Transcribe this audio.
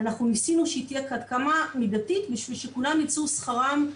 אנחנו ניסינו שהיא תהיה עד כמה שיותר מידתית כדי שכולם יצאו שכרם,